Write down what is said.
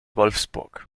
wolfsburg